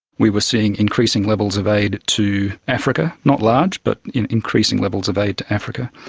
we were seeing increasing levels of aid to africa, not large but increasing levels of aid to africa.